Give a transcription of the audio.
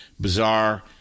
bizarre